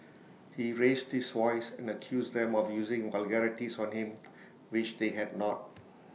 he raised his voice and accused them of using vulgarities on him which they had not